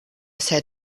said